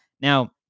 Now